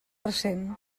ressent